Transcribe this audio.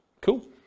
Cool